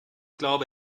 glaube